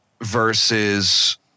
versus